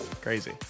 Crazy